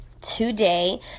today